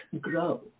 grow